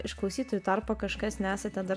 iš klausytojų tarpo kažkas nesate dar